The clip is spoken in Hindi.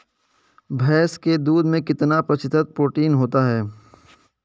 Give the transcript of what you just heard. भैंस के दूध में कितना प्रतिशत प्रोटीन होता है?